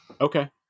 Okay